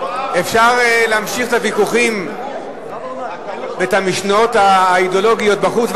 אפשר להמשיך את הוויכוחים ואת המשניות האידיאולוגיות בחוץ,